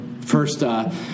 first